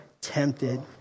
tempted